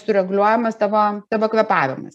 sureguliuojamas tavo tavo kvėpavimas